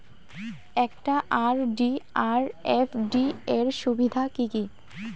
একটা আর.ডি আর এফ.ডি এর সুবিধা কি কি?